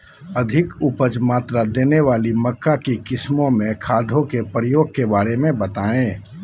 अधिक उपज मात्रा देने वाली मक्का की किस्मों में खादों के प्रयोग के बारे में बताएं?